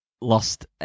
lost